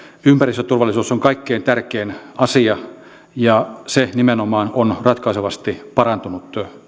ympäristöturvallisuus on kaikkein tärkein asia ja se nimenomaan on ratkaisevasti parantunut